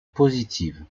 positive